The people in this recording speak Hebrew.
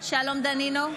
שלום דנינו,